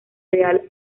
real